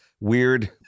weird